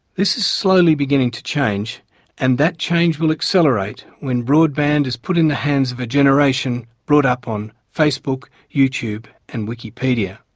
this is slowly beginning to change and that change will accelerate when broadband is put in the hands of a generation brought up on facebook, youtube and wikipedia.